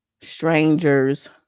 strangers